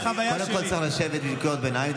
קודם כול צריך לשבת בשביל קריאות ביניים.